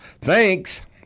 Thanks